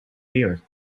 beer